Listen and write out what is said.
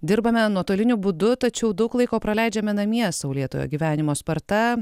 dirbame nuotoliniu būdu tačiau daug laiko praleidžiame namie saulėtojo gyvenimo sparta